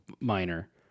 minor